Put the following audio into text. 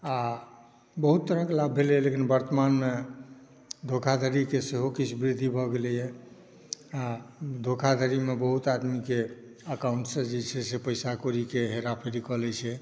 आ बहुत तरहकेँ लाभ भेलैया लेकिन वर्तमानमे धोखा धड़ीकेँ सेहो किछु वृद्धि भऽ गेलैया आ धोखा धड़ीमे बहुत आदमीकेँ अकाउन्ट सँ जे छै से पैसा कौड़ीकेँ हेरा फेरी कऽ लै छै